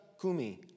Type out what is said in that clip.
kumi